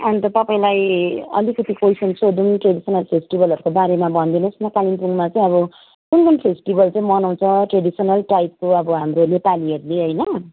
अन्त तपाईँलाई अलिकति कोइसन सोधौँ ट्रेडिसनल फेस्टिबलहरूको बारेमा भनिदिनुहोस् न कालिम्पोङमा चाहिँ अब कुन कुन फेस्टिबल चाहिँ मनाउँछ ट्रेडिसनल टाइपको अब हाम्रो नेपालीहरूले होइन